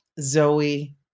Zoe